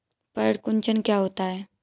पर्ण कुंचन क्या होता है?